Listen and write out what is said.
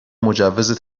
مجوز